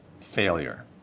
failure